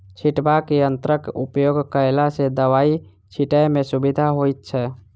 छिटबाक यंत्रक उपयोग कयला सॅ दबाई छिटै मे सुविधा होइत छै